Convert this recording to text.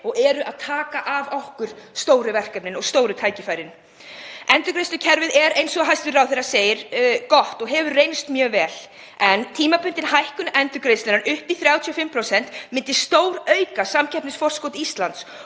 og eru að taka af okkur stóru verkefnin og stóru tækifærin. Endurgreiðslukerfið er gott, eins og hæstv. ráðherra segir, og hefur reynst mjög vel. En tímabundin hækkun endurgreiðslunnar upp í 35% myndi stórauka samkeppnisforskot Íslands